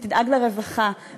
ותדאג לרווחה,